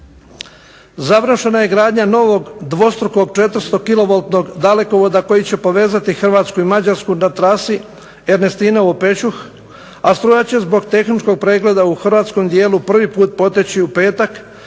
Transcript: Završena je gradnja novog dvostrukog četiristo kilovoltnog dalekovoda koji će povezati Hrvatsku i Mađarsku na trasi Ernestinovo – Pečuh, a struja će zbog tehničkog pregleda u hrvatskom dijelu prvi put poteći u petak